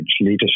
Leadership